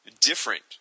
different